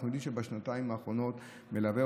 אנחנו יודעים שבשנתיים האחרונות מלווה